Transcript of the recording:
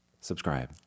Subscribe